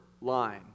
line